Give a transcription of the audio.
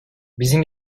bizim